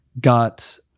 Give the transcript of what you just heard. got